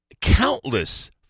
countless